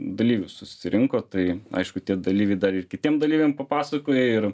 dalyvių susirinko tai aišku tie dalyviai dar ir kitiem dalyviam papasakoja ir